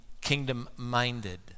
kingdom-minded